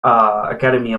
academy